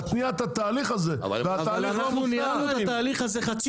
להתניע את התהליך הזה -- אנחנו ניהלנו את התהליך הזה חצי